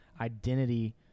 identity